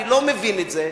אני לא מבין את זה,